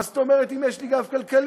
מה זאת אומרת אם יש לי גב כלכלי?